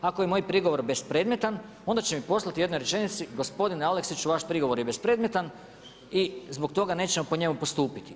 Ako je moj prigovor bespredmetan, onda će mi poslati u jednoj rečenici gospodine Aleksiću vaš prigovor je bespredmetan i zbog toga nećemo po njemu postupiti.